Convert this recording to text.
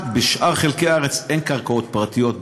בשאר חלקי הארץ כמעט אין קרקעות פרטיות,